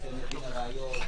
סדר דין הראיות,